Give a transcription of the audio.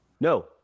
No